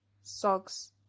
socks